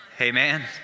Amen